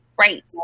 Right